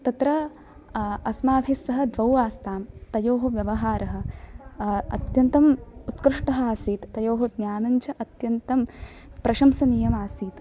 तत्र अस्माभिस्सः द्वौ आस्तां तयोः व्यवहारः अत्यन्तं उत्कृष्टः आसीत् तयोः ज्ञानं च अत्यन्तं प्रशंसनीयम् आसीत्